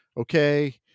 okay